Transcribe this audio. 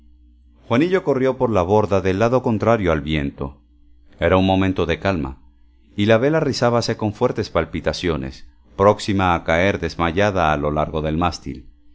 juanillo corrió por la borda del lado contrario al viento era un momento de calma y la vela rizábase con fuertes palpitaciones próxima a caer desmayada a lo largo del mástil